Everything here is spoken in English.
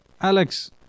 Alex